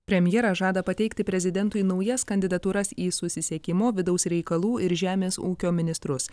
premjeras žada pateikti prezidentui naujas kandidatūras į susisiekimo vidaus reikalų ir žemės ūkio ministrus